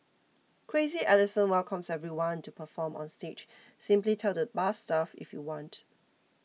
Crazy Elephant welcomes everyone to perform on stage simply tell the bar staff if you want